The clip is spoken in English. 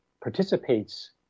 participates